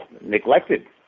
neglected